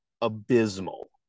abysmal